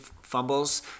fumbles